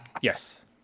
Yes